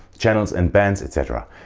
channels and bands etc.